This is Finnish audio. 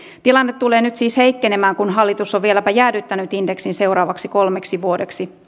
tilanne tulee nyt siis heikkenemään kun hallitus on vieläpä jäädyttänyt indeksin seuraavaksi kolmeksi vuodeksi